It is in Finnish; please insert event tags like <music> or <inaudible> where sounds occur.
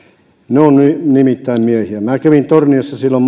he ovat nimittäin miehiä minä kävin torniossa silloin <unintelligible>